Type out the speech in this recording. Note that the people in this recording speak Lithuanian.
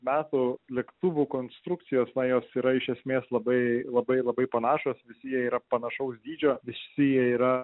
metų lėktuvų konstrukcijos na jos yra iš esmės labai labai labai panašios visi jie yra panašaus dydžio visi jie yra